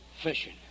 Fishing